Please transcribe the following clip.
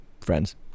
friends